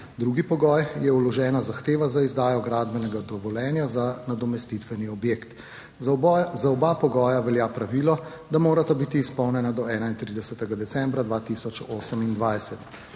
drugi pogoj je vložena zahteva za izdajo gradbenega dovoljenja za nadomestitveni objekt. Za oba pogoja velja pravilo, da morata biti izpolnjena do 31. decembra 2028,